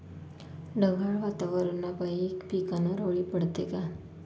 ढगाळ वातावरनापाई पिकावर अळी पडते का?